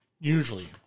usually